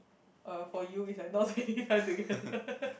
uh for you it's like not spending time together